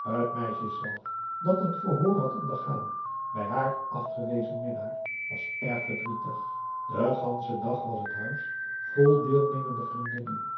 het meisje zelf dat een verhoor had ondergaan bij haar afgewezen minnaar was erg verdrietig den ganschen dag was het huis vol deelnemende vriendinnen